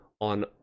on